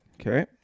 Okay